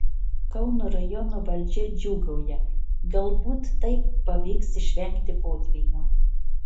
kauno rajono valdžia džiūgauja galbūt taip pavyks išvengti potvynio